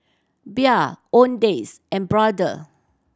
Bia Owndays and Brother